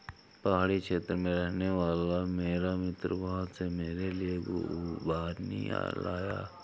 पहाड़ी क्षेत्र में रहने वाला मेरा मित्र वहां से मेरे लिए खूबानी लाया